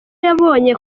yabonye